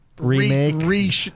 remake